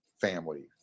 family